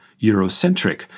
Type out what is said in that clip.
Eurocentric